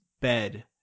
bed